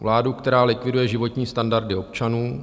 Vládu, která likviduje životní standardy občanů.